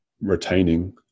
retaining